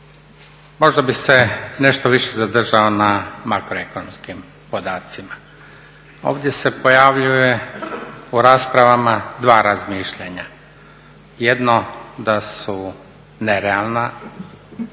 Možda bi se nešto više zadržao na makroekonomskim podacima. Ovdje se pojavljuje u raspravama dva razmišljanja. Jedno da su nerealna